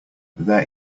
there